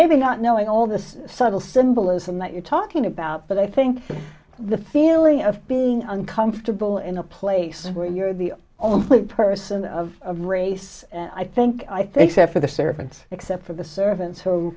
maybe not knowing all the subtle symbolism that you're talking about but i think the feeling of being uncomfortable in a place where you're the only person of race i think i think half of the servants except for the servants